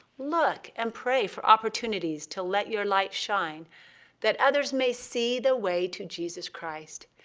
look and pray for opportunities to let your light shine that others may see the way to jesus christ.